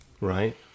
right